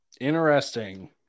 interesting